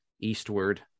eastward